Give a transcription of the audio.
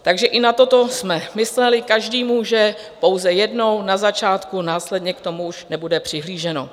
Takže i na toto jsme mysleli, každý může pouze jednou, na začátku, následně k tomu už nebude přihlíženo.